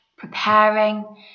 preparing